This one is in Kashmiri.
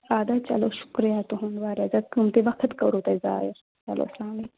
اَدٕ حظ چلو شُکریہ تُہُنٛد واریاہ زیادٕ کٲم تُہۍ وقت کَرو تۄہہِ زایہِ چلو اسلامُ علیکُم